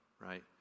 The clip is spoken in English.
right